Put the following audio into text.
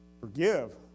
forgive